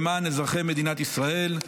למען אזרחי מדינת ישראל.